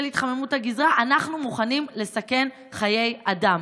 התחממות הגזרה אנחנו מוכנים לסכן חיי אדם,